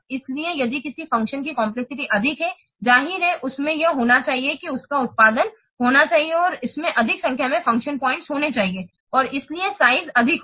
इसलिए यदि किसी फ़ंक्शन की कम्प्लेक्सिटी अधिक है जाहिर है इसमें यह होना चाहिए कि इसका उत्पादन होना चाहिए या इसमें अधिक संख्या में फ़ंक्शन पॉइंट होने चाहिए और इसलिए साइज अधिक होगा